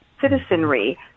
citizenry